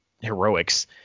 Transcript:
heroics